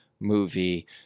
movie